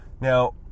Now